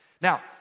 Now